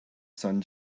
sun